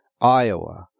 Iowa